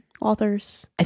authors